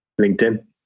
LinkedIn